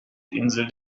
insel